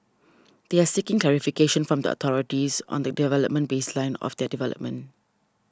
they are seeking clarification from the authorities on the development baseline of their development